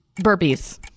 Burpees